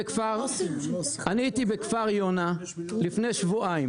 אני הייתי בכפר יונה לפני שבועיים,